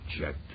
checked